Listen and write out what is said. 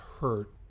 hurt